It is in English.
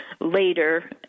later